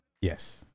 Yes